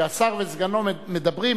כשהשר וסגנו מדברים,